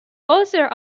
other